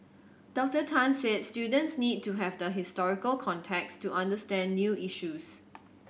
Doctor Tan said students need to have the historical context to understand new issues